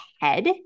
head